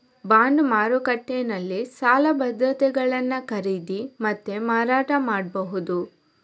bond ಮಾರುಕಟ್ಟೆನಲ್ಲಿ ಸಾಲ ಭದ್ರತೆಗಳನ್ನ ಖರೀದಿ ಮತ್ತೆ ಮಾರಾಟ ಮಾಡ್ಬಹುದು